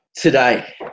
Today